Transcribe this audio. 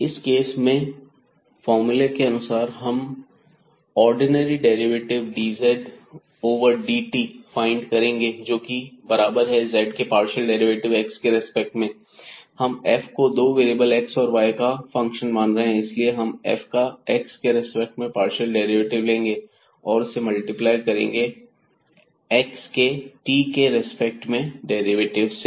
इस केस में फार्मूले के अनुसार हम यह ordinary derivative dz over dt find करेंगे जोकि बराबर है z के पार्शियल डेरिवेटिव x के रिस्पेक्ट में हम f को दो वेरिएबल x और y का फंक्शन मान रहे हैं इसलिए हम f का x के रिस्पेक्ट में पार्शियल डेरिवेटिव लेंगे और उसे मल्टीप्लाई करेंगे x के t के रिस्पेक्ट में डेरिवेटिव से